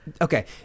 Okay